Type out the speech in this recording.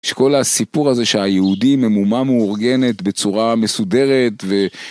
שכל הסיפור הזה שהיהודים הם אומה מאורגנת בצורה מסודרת ו...